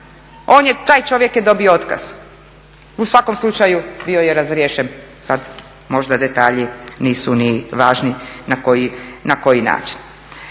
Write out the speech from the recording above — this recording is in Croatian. taj čovjek je dobio otkaz. U svakom slučaju bio je razriješen, sad možda detalji nisu ni važni na koji način.